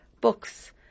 books